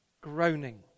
groaning